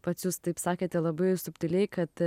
pats jūs taip sakėte labai subtiliai kad